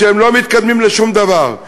שהם לא מתקדמים לשום דבר,